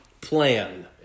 plan